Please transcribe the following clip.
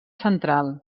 central